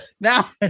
now